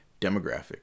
demographic